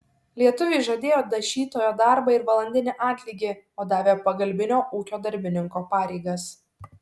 lietuviui žadėjo dažytojo darbą ir valandinį atlygį o davė pagalbinio ūkio darbininko pareigas